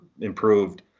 improved